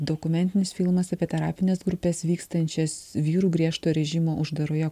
dokumentinis filmas apie terapines grupes vykstančias vyrų griežto režimo uždaroje